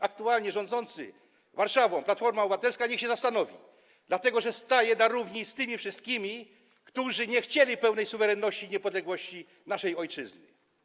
Aktualnie rządząca Warszawą Platforma Obywatelska powinna się zastanowić, dlatego że staje na równi ze wszystkimi, którzy nie chcieli pełnej suwerenności i niepodległości naszej ojczyzny.